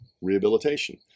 rehabilitation